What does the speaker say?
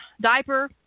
Diaper